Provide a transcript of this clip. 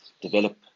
develop